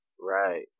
Right